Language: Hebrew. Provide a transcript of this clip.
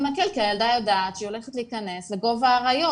מקל כי הקטינה יודעת שהיא הולכת להכנס לגוב האריות,